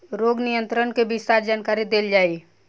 रोग नियंत्रण के विस्तार जानकरी देल जाई?